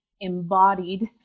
embodied